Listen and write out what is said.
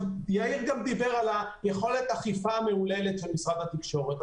דיבר יאיר על יכולת האכיפה המהוללת של משרד התקשורת.